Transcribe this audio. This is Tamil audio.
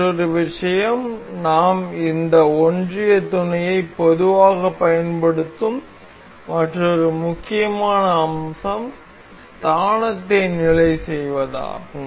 மற்றொரு விஷயம் நாம் இந்த ஒன்றிய துணையை பொதுவாகப் பயன்படுத்தும் மற்றொரு முக்கியமான அம்சம் ஸ்தானத்தை நிலை செய்வதாகும்